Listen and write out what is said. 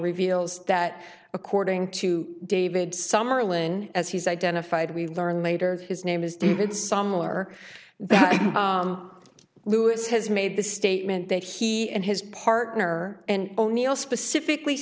reveals that according to david summerlin as he's identified we learned later his name is david sawmiller that lewis has made the statement that he and his partner and o'neal specifically